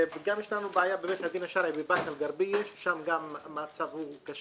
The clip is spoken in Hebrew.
גם יש לנו בעיה בבית הדין השרעי באקה אל גרבייה ששם גם המצב קשה,